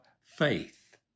faith